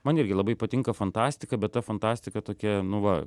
man irgi labai patinka fantastika bet ta fantastika tokia nu va